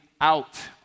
out